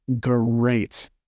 great